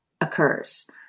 occurs